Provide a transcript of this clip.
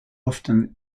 often